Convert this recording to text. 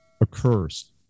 occurs